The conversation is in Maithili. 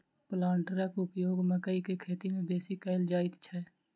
प्लांटरक उपयोग मकइ के खेती मे बेसी कयल जाइत छै